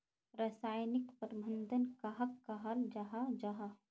रासायनिक प्रबंधन कहाक कहाल जाहा जाहा?